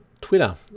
Twitter